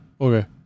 Okay